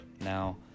Now